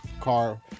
car